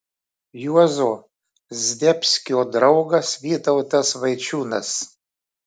juozo zdebskio draugas vytautas vaičiūnas